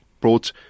brought